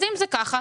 אז אם זה ככה,